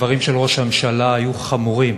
הדברים של ראש הממשלה היו חמורים,